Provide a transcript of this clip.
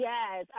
Yes